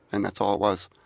and that's all it was.